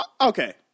Okay